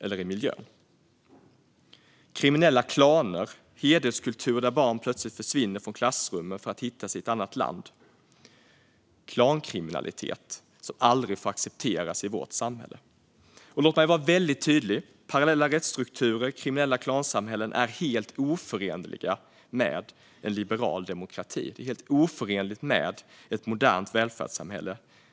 Det handlar om kriminella klaner, hederskultur där barn plötsligt försvinner från klassrummen för att hittas i ett annat land och klankriminalitet som aldrig får accepteras i vårt samhälle. Låt mig vara väldigt tydlig: Parallella rättsstrukturer och kriminella klansamhällen är helt oförenliga med en liberal demokrati och ett modernt välfärdssamhälle.